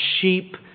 sheep